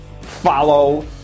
follow